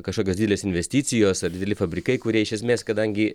kažkokios didelės investicijos ar dideli fabrikai kurie iš esmės kadangi